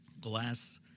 glass